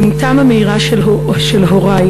דמותם המאירה של הורי,